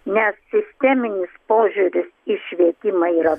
nes sisteminis požiūris į švietimą yra